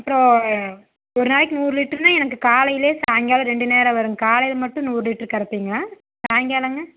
அப்புறம் ஒரு நாளைக்கு நூறு லிட்ருன்னால் எனக்கு காலையிலே சாயங்காலம் ரெண்டு நேரம் வருங்க காலையில் மட்டும் நூறு லிட்ரு கறப்பீங்களா சாயங்காலங்க